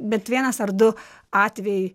bent vienas ar du atvejai